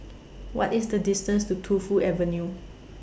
What IS The distance to Tu Fu Avenue